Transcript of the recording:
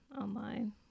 online